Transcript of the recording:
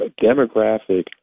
demographic